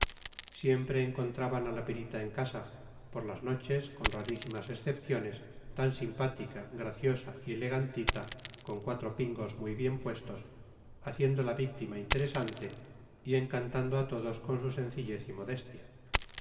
siempre encontraban a la perita en casa por las noches con rarísimas excepciones tan simpática graciosa y elegantita con cuatro pingos muy bien puestos haciendo la víctima interesante y encantando a todos con su sencillez y modestia